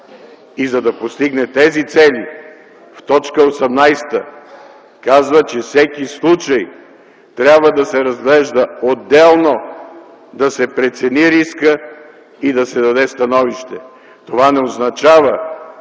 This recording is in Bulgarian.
За да постигне тези цели, в т. 18 се казва, че всеки случай трябва да се разглежда отделно, да се прецени рискът и да се даде становище. Това не означава,